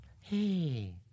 hey